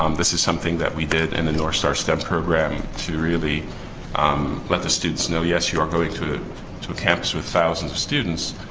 um this is something that we did in the north star stem program to really um let the students know, yes, you are going to to a campus with thousands of students,